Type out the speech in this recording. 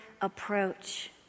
approach